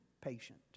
patient